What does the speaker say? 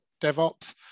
DevOps